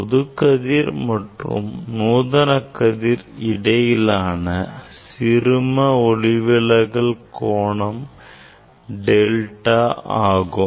பொதுக் கதிர் மற்றும் நூதன கதிர் இடையிலான சிறும ஒளிவிலகல் delta ஆகும்